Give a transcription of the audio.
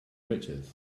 riches